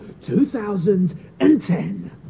2010